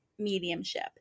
mediumship